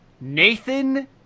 Nathan